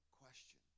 question